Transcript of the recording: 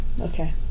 Okay